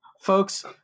Folks